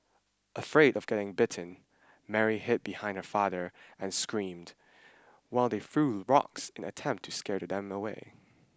afraid of getting bitten Mary hid behind her father and screamed while they threw rocks in an attempt to scare them away